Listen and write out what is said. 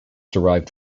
derived